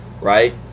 Right